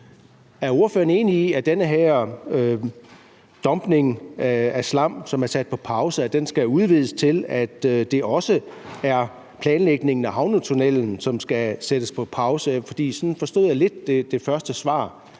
Er ordføreren enig i, at den her dumpning af slam, som er sat på pause, skal udvides til, at det også er planlægningen af havnetunnellen, som skal sættes på pause, for sådan forstod jeg lidt det første svar?